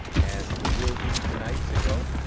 and will be to-night, senor?